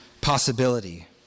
possibility